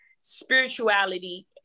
spirituality